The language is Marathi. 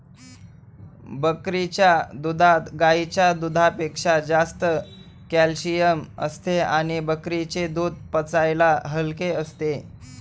बकरीच्या दुधात गाईच्या दुधापेक्षा जास्त कॅल्शिअम असते आणि बकरीचे दूध पचायला हलके असते